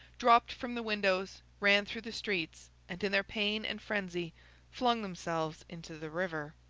dropped from the windows, ran through the streets, and in their pain and frenzy flung themselves into the river.